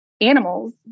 animals